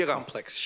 complex